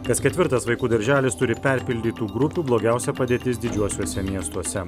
kas ketvirtas vaikų darželis turi perpildytų grupių blogiausia padėtis didžiuosiuose miestuose